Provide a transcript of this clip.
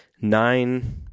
nine